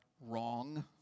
wrong